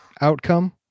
outcome